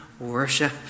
worship